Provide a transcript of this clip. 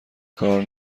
کار